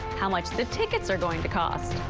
how much the tickets are going to cost.